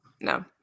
No